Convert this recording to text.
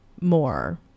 more